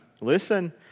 listen